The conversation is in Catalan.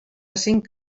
cinc